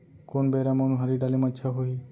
कोन बेरा म उनहारी डाले म अच्छा होही?